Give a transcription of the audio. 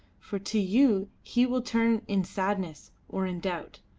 for to you he will turn in sadness or in doubt.